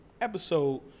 episode